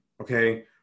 okay